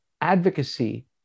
advocacy